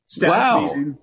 Wow